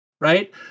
Right